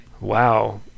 wow